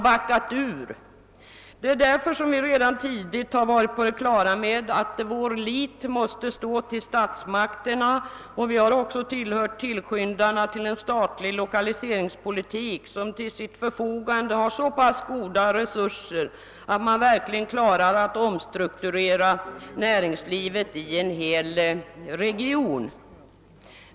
Jag har redan tidigt varit på det kla ra med att vi måste sätta vår lit till statsmakterna, och vi har på vårt håll tillbört tillskyndarna till en statlig lokaliseringspolitik, som till sitt förfogande har så pass goda resurser att den förmår omstrukturera näringslivet i en hel region.